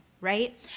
right